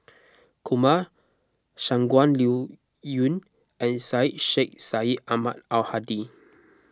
Kumar Shangguan Liuyun and Syed Sheikh Syed Ahmad Al Hadi